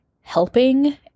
helping